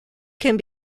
can